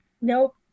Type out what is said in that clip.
Nope